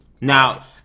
Now